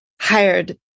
hired